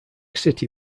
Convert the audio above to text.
city